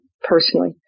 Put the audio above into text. personally